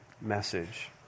message